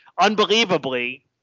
unbelievably –